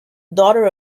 daughter